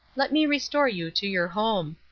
let me restore you to your home!